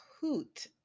hoot